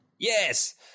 Yes